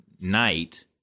night